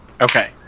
Okay